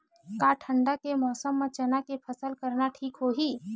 का ठंडा के मौसम म चना के फसल करना ठीक होही?